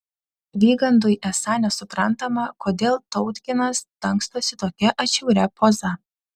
vygandui esą nesuprantama kodėl tautginas dangstosi tokia atšiauria poza